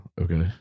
okay